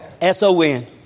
S-O-N